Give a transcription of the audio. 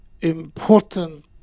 important